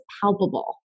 palpable